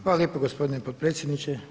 Hvala lijepo gospodine potpredsjedniče.